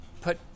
put